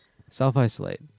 Self-isolate